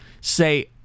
say